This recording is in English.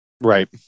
right